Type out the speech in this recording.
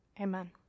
Amen